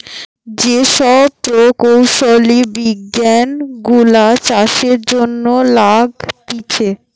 যে সব প্রকৌশলী বিজ্ঞান গুলা চাষের জন্য লাগতিছে